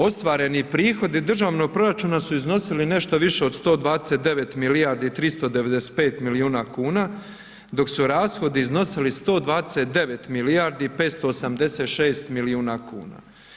Ostvareni prihodi državnog proračuna su iznosili nešto više od 129 milijardi i 395 milijuna kuna dok su rashodi iznosili 129 milijardi i 586 milijuna kuna.